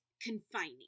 confining